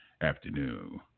afternoon